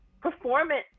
performance